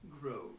grow